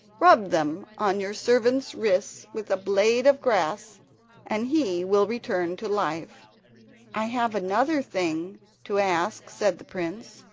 rub them on your servant's wrists with a blade of grass and he will return to life i have another thing to ask said the prince,